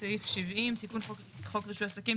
אז סעיף 70. תיקון חוק רישוי עסקים,